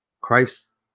Christ